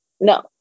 No